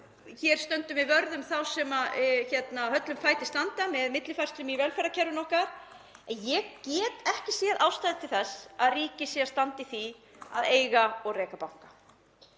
við stöndum vörð um þá sem höllum fæti standa með millifærslum í velferðarkerfinu okkar. En ég get ekki séð ástæðu til þess að ríkið standi í því að eiga og reka banka.